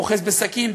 אוחז בסכין,